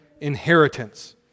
inheritance